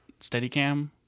Steadicam